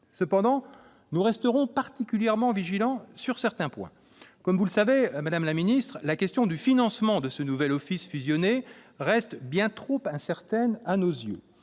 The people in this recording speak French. Cependant, nous resterons particulièrement vigilants sur certains points. Comme vous le savez, madame la secrétaire d'État, la question du financement de ce nouvel office fusionné reste bien trop incertaine à nos yeux.